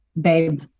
babe